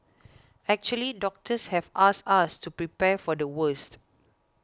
actually doctors have asked us to prepare for the worst